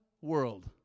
world